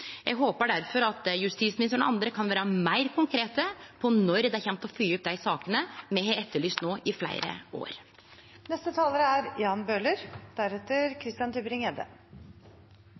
Eg håpar difor at justisministeren og andre kan vere meir konkrete på når dei kjem til å følgje opp dei sakene me har etterlyst no i fleire